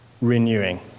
renewing